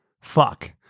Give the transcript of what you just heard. fuck